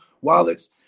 wallets